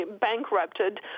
bankrupted